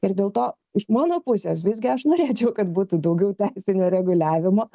ir dėl to iš mano pusės visgi aš norėčiau kad būtų daugiau teisinio reguliavimo